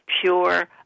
pure